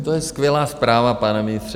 To je skvělá zpráva, pane ministře.